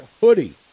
hoodie